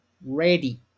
ready